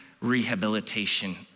rehabilitation